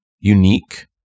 Unique